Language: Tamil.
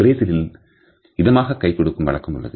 பிரேசிலில் இதமாக கை கொடுக்கும் வழக்கம் உள்ளது